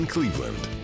Cleveland